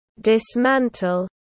dismantle